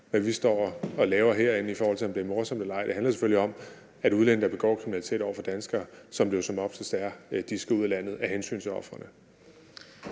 hvad vi står og laver herinde, i forhold til om det er morsomt eller ej, men det handler selvfølgelig om, at udlændinge, der begår kriminalitet over for danskere, som det jo som oftest er, skal ud af landet af hensyn til ofrene.